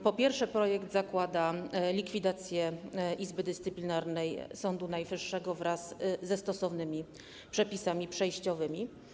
Po pierwsze, projekt zakłada likwidację Izby Dyscyplinarnej Sądu Najwyższego wraz ze stosownymi przepisami przejściowymi.